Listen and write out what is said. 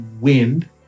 wind